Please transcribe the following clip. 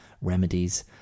remedies